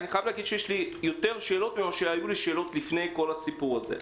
אני חייב להגיד שיש לי יותר שאלות מאשר היו לי לפני כל הסיפור הזה.